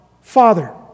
Father